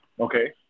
Okay